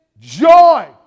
joy